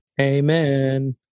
amen